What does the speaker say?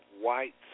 white